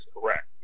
correct